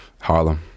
harlem